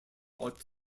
ought